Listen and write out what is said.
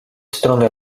stronę